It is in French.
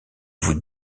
vous